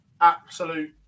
absolute